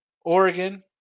Oregon